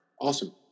Awesome